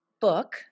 book